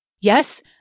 Yes